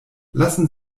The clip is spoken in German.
lassen